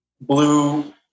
blue